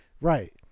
Right